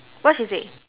what she say